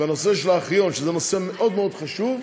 בנושא הארכיון, זה נושא מאוד מאוד חשוב: